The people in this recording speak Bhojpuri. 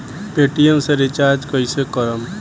पेटियेम से रिचार्ज कईसे करम?